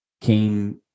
came